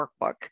workbook